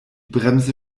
bremse